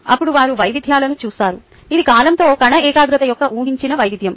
అప్పుడు వారు వైవిధ్యాలను చూస్తారు ఇది కాలంతో కణ ఏకాగ్రత యొక్క ఊహించిన వైవిధ్యం